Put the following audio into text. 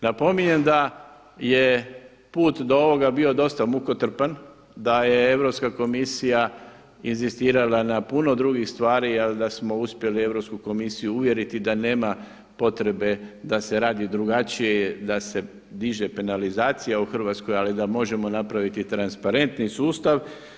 Napominjem da je put do ovoga bio dosta mukotrpan, da je Europska komisija inzistirala na puno drugih stvari, ali da smo uspjeli Europsku komisiju uvjeriti da nema potrebe da se radi drugačije, da se diže penalizacija u Hrvatskoj, ali da možemo napraviti transparentniji sustav.